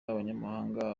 n’abanyamahanga